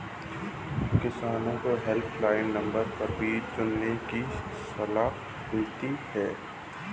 किसान helpline number पर बीज चुनने की सलाह मिलती है